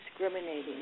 discriminating